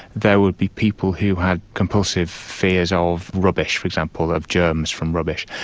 there would be people who had compulsive fears of rubbish, for example, of germs from rubbish,